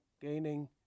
Gaining